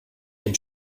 dem